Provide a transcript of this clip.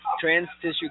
trans-tissue